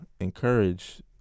encourage